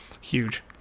huge